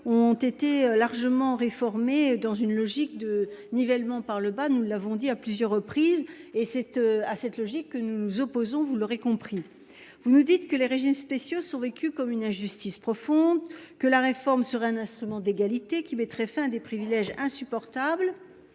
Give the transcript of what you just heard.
ont été largement réformé dans une logique de nivellement par le bas. Nous l'avons dit à plusieurs reprises et cette à cette logique que nous nous opposons, vous l'aurez compris, vous nous dites que les régimes spéciaux sont vécus comme une injustice profonde que la réforme sur un instrument d'égalité qui mettrait fin des privilèges insupportable.